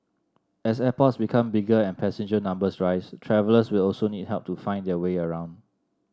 as airports become bigger and passenger numbers rise travellers will also need help to find their way around